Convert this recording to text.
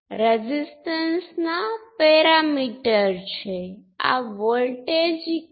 તેથી આ ચાર એલિમેન્ટ 2 કંડક્ટન્સ અને 2 કંટ્રોલ સોર્સ કરવાને બદલે ચિત્રને નીચે મૂકશો ત્યારે આમાંના કેટલાક સંબંધો ખૂબ જ સ્પષ્ટ થઈ જાય છે